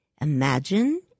Imagine